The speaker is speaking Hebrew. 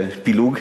פילוג.